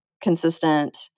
consistent